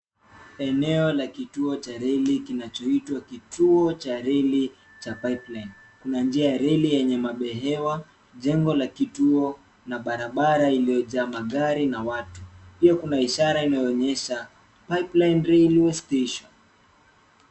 Eneo la kituo cha reli kinachoitwa kituo cha reli cha pipeline. Kuna njia ya reli yenye mabehewa ,jengo la kituo na barabara iliyojaa magari na watu. Pia Kuna ishara inayoonyesha Pipeline railway Station.